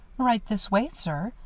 right this way, sir,